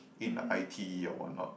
in a i_t_e or whatnot